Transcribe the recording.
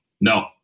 No